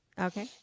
Okay